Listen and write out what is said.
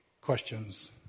questions